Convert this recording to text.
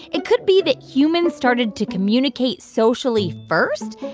it could be that humans started to communicate socially first,